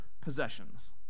possessions